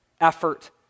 effort